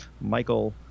Michael